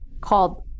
called